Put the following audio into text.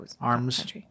arms